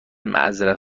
معذرت